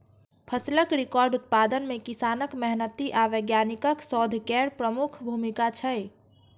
फसलक रिकॉर्ड उत्पादन मे किसानक मेहनति आ वैज्ञानिकक शोध केर प्रमुख भूमिका छै